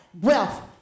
wealth